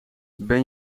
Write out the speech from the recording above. ben